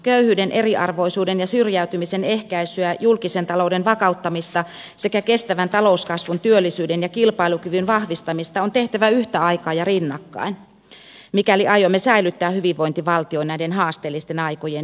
köyhyyden eriarvoisuuden ja syrjäytymisen ehkäisyä julkisen talouden vakauttamista sekä kestävän talouskasvun työllisyyden ja kilpailukyvyn vahvistamista on tehtävä yhtä aikaa ja rinnakkain mikäli aiomme säilyttää hyvinvointivaltion näiden haasteellisten aikojen yli